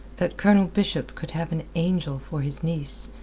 that colonel bishop could have an angel for his niece?